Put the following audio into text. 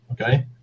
okay